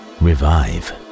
Revive